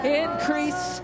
increase